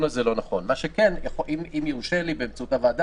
הוא ישתתף לא רשאי להשתתף אלא ישתתף.